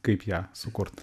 kaip ją sukurt